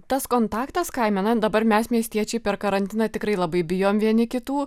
tas kontaktas kaime na dabar mes miestiečiai per karantiną tikrai labai bijom vieni kitų